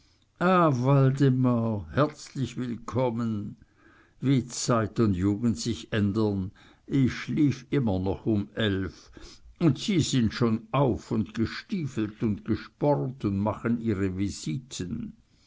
ah waldemar herzlich willkommen wie zeit und jugend sich ändern ich schlief immer noch um elf und sie sind schon auf und gestiefelt und gespornt und machen ihre visiten